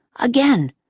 again,